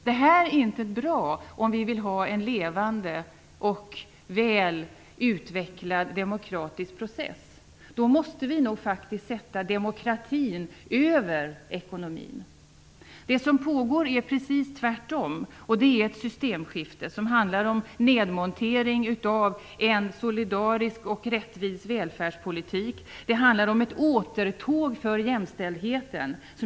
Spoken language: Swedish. Detta är inte bra om vi vill ha en levande och väl utvecklad demokratisk process. Då måste vi nog faktiskt sätta demokratin över ekonomin. Det som pågår är precis det motsatta. Det pågår ett systemskifte som handlar om nedmontering av en solidarisk och rättvis välfärdspolitik. Det handlar om ett återtåg för jämställdheten.